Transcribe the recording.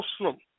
Muslim